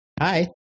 Hi